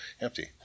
empty